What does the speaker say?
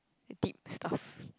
deep stuff